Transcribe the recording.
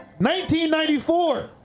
1994